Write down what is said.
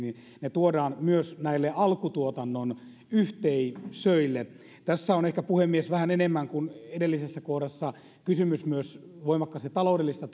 tuodaan myös näille alkutuotannon yhteisöille tässä on ehkä puhemies vähän enemmän kuin edellisessä kohdassa kysymys myös voimakkaasti taloudellisesta